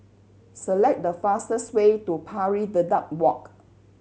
select the fastest way to Pari Dedap Walk